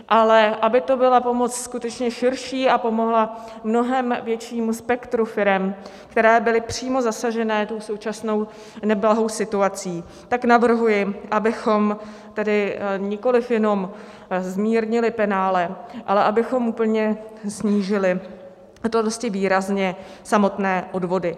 Ale aby to byla pomoc skutečně širší a pomohla mnohem většímu spektru firem, které byly přímo zasaženy tou současnou neblahou situací, tak navrhuji, abychom tedy nikoliv jenom zmírnili penále, ale abychom úplně snížili, a to dosti výrazně samotné odvody.